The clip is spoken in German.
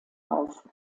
auf